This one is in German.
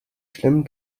schlimm